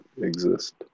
exist